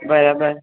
બરાબર